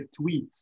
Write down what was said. tweets